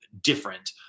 different